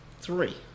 Three